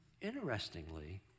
Interestingly